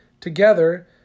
Together